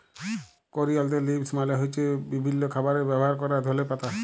করিয়ালদের লিভস মালে হ্য়চ্ছে বিভিল্য খাবারে ব্যবহার ক্যরা ধলে পাতা